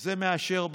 זה מאשר בתים,